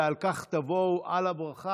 ועל כך תבואו על הברכה,